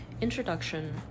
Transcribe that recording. Introduction